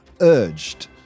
urged